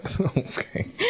Okay